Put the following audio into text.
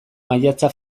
maiatza